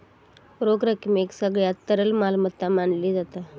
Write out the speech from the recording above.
रोख रकमेक सगळ्यात तरल मालमत्ता मानली जाता